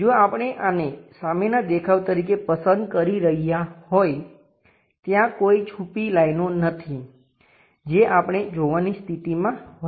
જો આપણે આને સામેના દેખાવ તરીકે પસંદ કરી રહ્યા હોય ત્યાં કોઈ છુપી લાઈનો નથી જે આપણે જોવાની સ્થિતિમાં હોઈશું